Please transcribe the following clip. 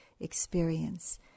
experience